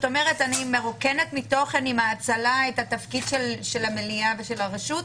כלומר אני מרוקנת מתוכן עם ההאצלה את תפקיד המליאה והרשות?